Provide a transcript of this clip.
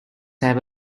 have